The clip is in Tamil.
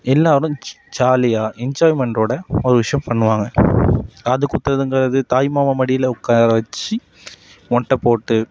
எல்லோரும் ஜாலியாக என்ஜாய்மெண்ட்டோடு ஒரு விஷயம் பண்ணுவாங்க காது குத்துறதுங்கிறது தாய்மாமா மடியில் உட்கார வைச்சு மொட்டை போட்டு